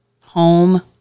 home